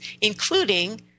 including